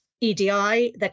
EDI